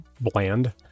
bland